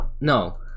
No